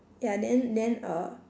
ya then then uh